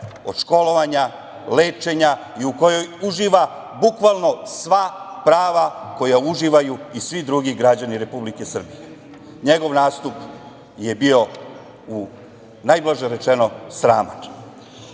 od školovanja, lečenja i u kojoj uživa bukvalno sva prava koja uživaju i svi drugi građani Republike Srbije. Njegov nastup je bio, najblaže rečeno, sraman. Kada